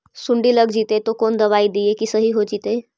सुंडी लग जितै त कोन दबाइ देबै कि सही हो जितै?